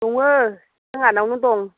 दङ जोंहानावनो दं